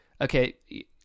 okay